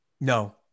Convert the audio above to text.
No